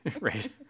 Right